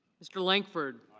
mr. langford.